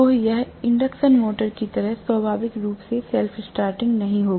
तो यह induction motor की तरह स्वाभाविक रूप से सेल्फ स्टार्टिंग नहीं होगी